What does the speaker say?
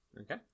Okay